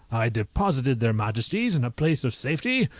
i deposited their majesties in a place of safety,